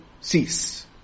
cease